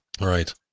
Right